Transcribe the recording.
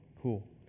Cool